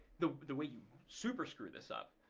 the the way you super screw this up,